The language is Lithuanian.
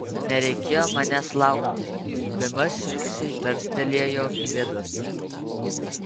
nereikėjo manęs laukti bemaž šiurkščiai tarstelėjo gvidas